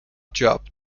job